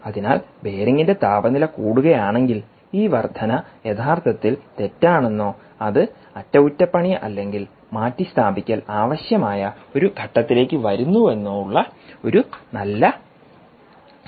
അതിനാൽ ബെയറിംഗിൻറെ താപനില കൂടുകയാണെങ്കിൽ ഈ വർധന യഥാർത്ഥത്തിൽ തെറ്റാണെന്നോ അത് അറ്റകുറ്റപ്പണി അല്ലെങ്കിൽ മാറ്റിസ്ഥാപിക്കൽ ആവശ്യമായ ഒരു ഘട്ടത്തിലേക്ക് വരുന്നുവെന്നോ ഉള്ള ഒരു നല്ല സൂചകമാണ്